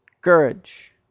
Courage